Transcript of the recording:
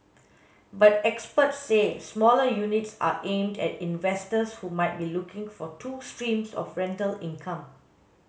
but experts say smaller units are aimed at investors who might be looking for two streams of rental income